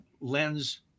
lens